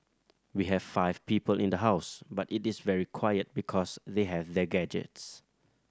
we have five people in the house but it is very quiet because they have their gadgets